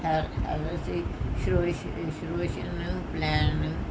plan